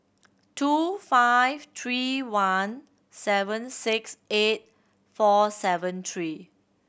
two five three one seven six eight four seven three